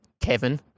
Kevin